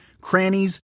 crannies